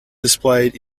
displayed